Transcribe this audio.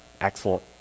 Excellent